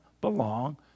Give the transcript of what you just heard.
belong